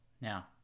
now